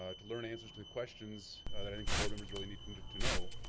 ah to learn answers to the questions that i think the board members really need and to to know.